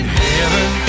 heaven